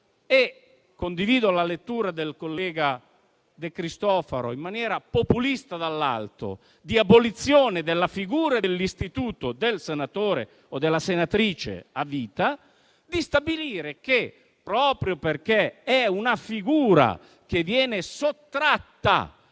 - condivido la lettura del collega De Cristofaro - populista dall'alto, abolendo la figura dell'istituto del senatore o della senatrice a vita, stabilire che questa - proprio perché è una figura che viene sottratta